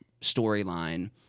storyline